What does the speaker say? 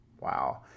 Wow